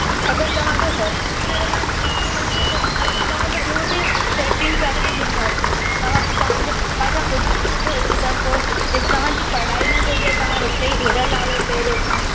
अगरि तव्हांखे हॉस्टेल में रहण जी इच्छा हुजे त असां तव्हांखे हूअ बि सेटिंग कराए ॾींदासीं त तव्हांजे पासा पुछी वठो हिकु दफ़ो के तव्हांजी पढ़ाई न बिगड़े तव्हां हिते ई हिरियल आयो पहिरीं खां